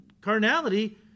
carnality